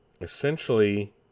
Essentially